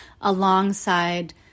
alongside